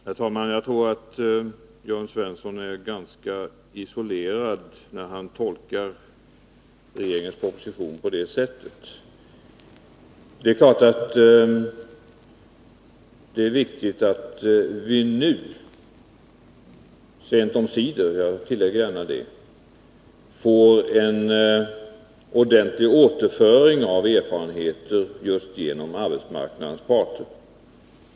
Herr talman! Jag tror att Jörn Svensson är ganska isolerad när han tolkar regeringens proposition på det sättet. Det är klart att det är viktigt att vi nu, sent omsider — jag tillägger gärna det — får en ordentlig återföring av erfarenheter just genom arbetsmarknadens parter.